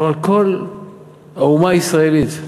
אלא גם על כל האומה הישראלית.